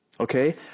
Okay